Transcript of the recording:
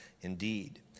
indeed